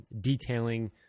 detailing